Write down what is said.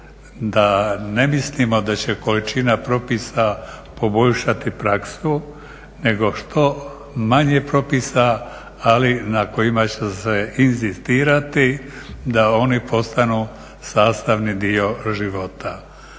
da ne mislimo da će količina propisa poboljšati praksu nego što manje propisa ali na kojima će se inzistirati da oni postanu sastavni dio života.